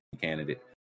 candidate